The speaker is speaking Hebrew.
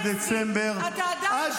אדוני היושב-ראש.